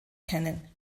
kennen